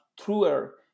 truer